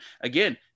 again